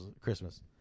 Christmas